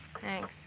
Thanks